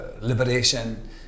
liberation